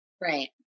Right